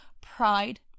pride